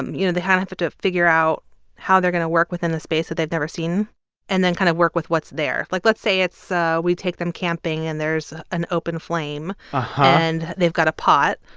you know, they have to figure out how they're going to work within the space that they've never seen and then kind of work with what's there like, let's say it's so we take them camping. and there's an open flame, ah and they've got pot.